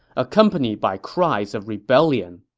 accompanied by cries of rebellion.